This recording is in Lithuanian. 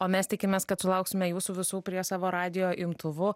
o mes tikimės kad sulauksime jūsų visų prie savo radijo imtuvų